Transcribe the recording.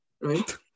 right